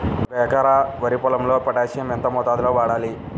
ఒక ఎకరా వరి పొలంలో పోటాషియం ఎంత మోతాదులో వాడాలి?